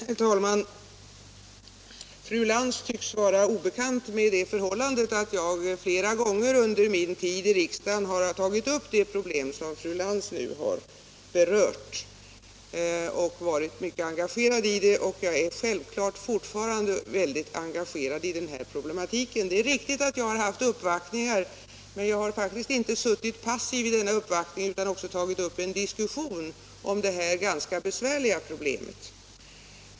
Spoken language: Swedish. Herr talman! Fru Lantz tycks vara obekant med det förhållandet att jag flera gånger under min tid i riksdagen har tagit upp de problem som fru Lantz har berört och att jag har varit mycket engagerad i dem. Självklart är jag fortfarande synnerligen engagerad i denna problematik. Det är riktigt att jag har fått uppvaktningar i frågan, men jag har faktiskt inte suttit passiv vid dessa uppvaktningar utan jag har också tagit upp en diskussion om detta ganska besvärliga problem.